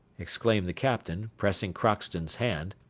exclaimed the captain, pressing crockston's hand.